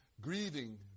grieving